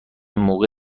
موقع